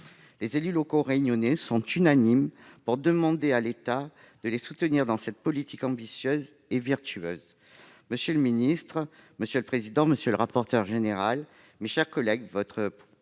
Les élus locaux réunionnais sont unanimes pour demander à l'État de les soutenir dans cette politique ambitieuse et vertueuse. Monsieur le ministre, monsieur le président de la commission, monsieur le rapporteur général, mes chers collègues, votre